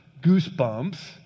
goosebumps